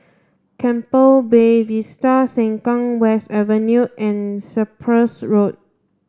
Keppel Bay Vista Sengkang West Avenue and Cyprus Road